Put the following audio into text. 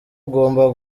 ugomba